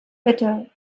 bitte